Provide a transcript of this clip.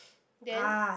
then